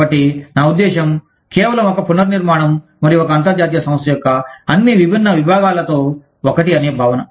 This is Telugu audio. కాబట్టి నా ఉద్దేశ్యం కేవలం ఒక పునర్నిర్మాణం మరియు ఒక అంతర్జాతీయ సంస్థ యొక్క అన్ని విభిన్న విభాగాలతో ఒకటి అనే భావన